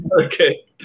okay